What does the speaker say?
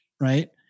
right